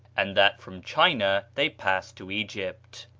and that from china they passed to egypt.